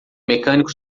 mecânico